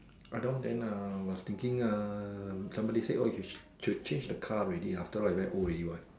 I don't think uh I was thinking uh somebody should change the car already after all very old already what